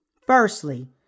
Firstly